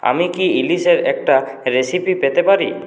আমি কি ইলিশের একটা রেসিপি পেতে পারি